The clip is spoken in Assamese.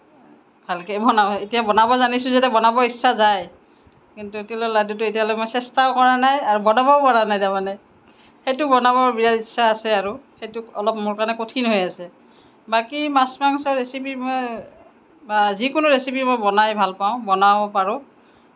ভালকে বনাব এতিয়া বনাব জানিছোঁ যেতিয়া এতিয়া বনাব ইচ্ছা যায় কিন্তু তিলৰ লাডুটো এতিয়ালৈ মই চেষ্টা কৰা নাই আৰু বনাবও পৰা নাই তাৰমানে সেইটো বনাবৰ বিৰাট ইচ্ছা আছে আৰু সেইটো অলপ মোৰ কাৰণে কঠিন হৈ আছে বাকী মাছ মাংস ৰেচিপি মই যিকোনো ৰেচিপি মই বনাই ভাল পাওঁ বনাব পাৰোঁ